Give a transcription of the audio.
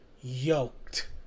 yoked